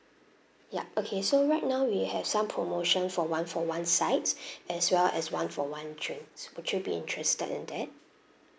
yup okay so right now we have some promotion for one for one sides as well as one for one drinks would you be interested in that